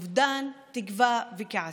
אובדן תקווה וכעסים.